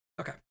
Okay